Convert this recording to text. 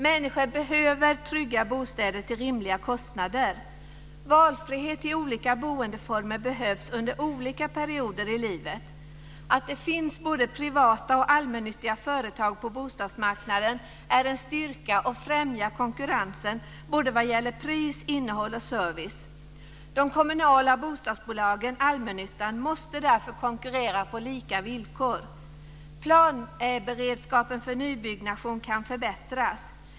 Människor behöver trygga bostäder till rimliga kostnader. Frihet att välja mellan olika boendeformer behövs under olika perioder i livet. Att det finns både privata och allmännyttiga företag på bostadsmarknaden är en styrka och främjar konkurrensen både vad gäller pris, innehåll och service. De kommunala bostadsbolagen, allmännyttan, måste därför konkurrera på lika villkor. Planberedskapen för nybyggnation kan förbättras.